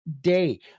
day